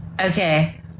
okay